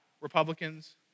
Republicans